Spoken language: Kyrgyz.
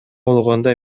болгондо